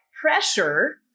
pressure